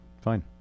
Fine